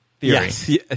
yes